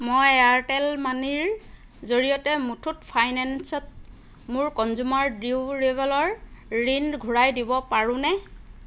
মই এয়াৰটেল মানিৰ জৰিয়তে মুথুট ফাইনেন্সত মোৰ কনজিউমাৰ ডিউৰেব'লৰ ঋণ ঘূৰাই দিব পাৰোঁনে